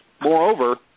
Moreover